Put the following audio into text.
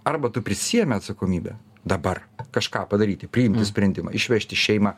arba tu prisiemi atsakomybę dabar kažką padaryti priimti sprendimą išvežti šeimą